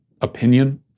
opinion